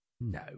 No